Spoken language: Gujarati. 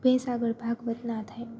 ભેંસ આગળ ભાગવત ના થાય